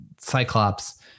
Cyclops